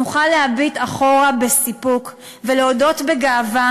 נוכל להביט אחורה בסיפוק ולהודות בגאווה